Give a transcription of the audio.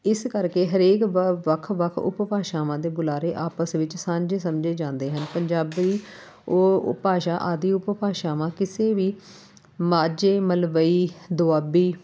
ਇਸ ਕਰਕੇ ਹਰੇਕ ਵ ਵੱਖ ਵੱਖ ਉਪਭਾਸ਼ਾਵਾਂ ਦੇ ਬੁਲਾਰੇ ਆਪਸ ਵਿੱਚ ਸਾਂਝੇ ਸਮਝੇ ਜਾਂਦੇ ਹਨ ਪੰਜਾਬੀ ਉਹ ਭਾਸ਼ਾ ਆਦੀ ਉਪਭਾਸ਼ਾਵਾਂ ਕਿਸੇ ਵੀ ਮਾਝੇ ਮਲਵਈ ਦੁਆਬੀ